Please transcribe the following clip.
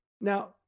Now